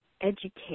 educate